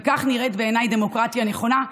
וכך בעיניי נראית דמוקרטיה נכונה,